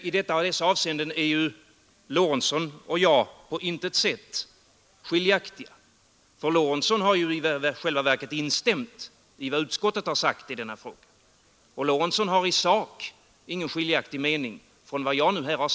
I dessa avseenden är ju herr Lorentzon och jag på intet sätt skiljaktiga. Herr Lorentzon har i själva verket instämt i vad utskottet sagt i denna fråga, och herr Lorentzon har i sak ingen skiljaktig mening från vad jag nu har sagt.